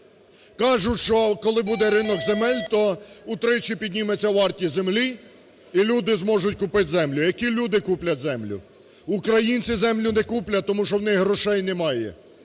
Кажуть, що коли буде ринок земель, то утричі підніметься вартість землі і люди зможуть купити землю. Які люди куплять землю? Українці землю не куплять, тому що в них грошей немає.